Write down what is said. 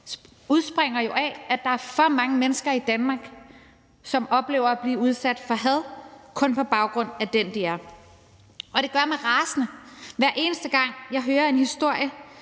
udspringer jo af, at der er for mange mennesker i Danmark, som oplever at blive udsat for had, kun på baggrund af at de er dem, de er. Det gør mig rasende, hver eneste gang jeg hører en historie